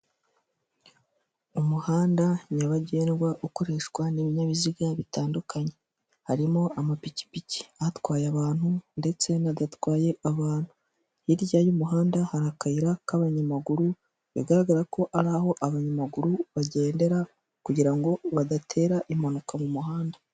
Umuhanda nyabagendwa ukoreshwa n'ibinyabiziga bitandukanye harimo amapikipiki atwaye abantu ndetse n'adatwaye abantu, hirya y'umuhanda hari akayira k'abanyamaguru bigaragara ko ari aho abanyamaguru bagendera kugira ngo badatera impanuka mu muhanda.